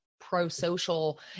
pro-social